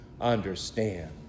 understand